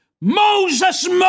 Moses